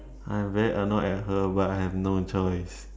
I'm very annoyed at her but I have no choice